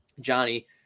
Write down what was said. Johnny